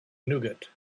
nougat